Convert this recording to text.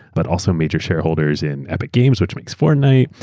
but also major shareholders in epic games, which makes fortnite.